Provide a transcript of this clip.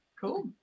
cool